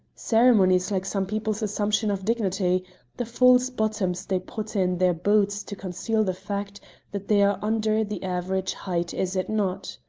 ceremony is like some people's assumption of dignity the false bottoms they put in their boots to conceal the fact that they are under the average height, is it not?